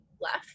left